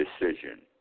decision